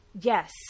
Yes